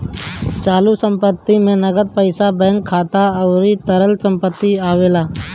चालू संपत्ति में नगद पईसा बैंक खाता अउरी तरल संपत्ति आवेला